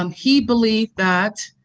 um he believed that